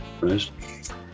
right